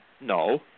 No